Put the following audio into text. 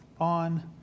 on